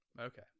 okay